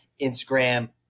Instagram